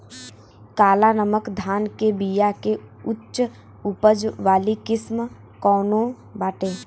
काला नमक धान के बिया के उच्च उपज वाली किस्म कौनो बाटे?